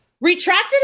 retracted